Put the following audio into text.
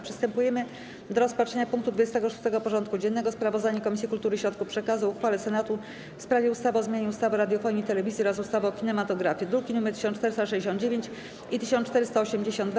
Przystępujemy do rozpatrzenia punktu 26. porządku dziennego: Sprawozdanie Komisji Kultury i Środków Przekazu o uchwale Senatu w sprawie ustawy o zmianie ustawy o radiofonii i telewizji oraz ustawy o kinematografii (druki nr 1469 i 1482)